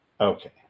Okay